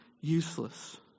useless